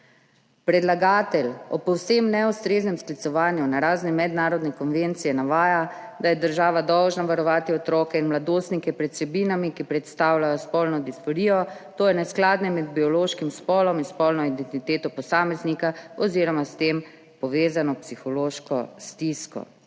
Predlagatelj ob povsem neustreznem sklicevanju na razne mednarodne konvencije navaja, da je država dolžna varovati otroke in mladostnike pred vsebinami, ki predstavljajo spolno disforijo, to je neskladje med biološkim spolom in spolno identiteto posameznika oziroma s tem povezano psihološko stisko.